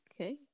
Okay